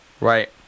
Right